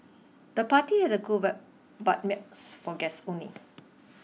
the party had a coolvibe but miss for guests only